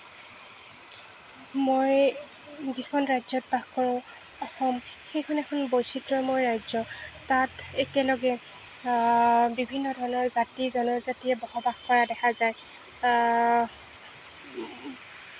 মই যিখন ৰাজ্যত বাস কৰোঁ অসম সেইখন এখন বৈচিত্ৰ্যময় ৰাজ্য তাত একেলগে বিভিন্ন ধৰণৰ জাতি জনজাতিয়ে বসবাস কৰা দেখা যায়